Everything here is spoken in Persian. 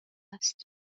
است